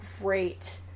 great